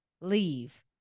leave